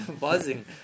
buzzing